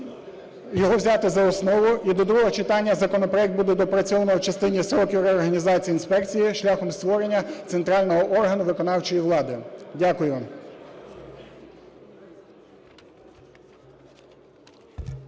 його взяти за основу і до другого читання законопроект буде доопрацьовано в частині строків реорганізації інспекції шляхом створення центрального органу виконавчої влади. Дякую.